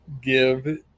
Give